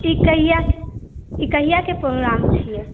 ई कहियाके प्रोग्राम छियै